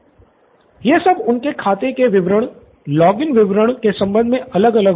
student Siddharth यह सब उनके खाते के विवरण लॉगिन विवरण के संबंध में अलग अलग होगा